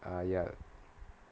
ah ya